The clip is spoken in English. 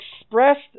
expressed